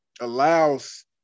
allows